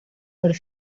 per